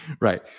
right